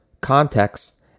Context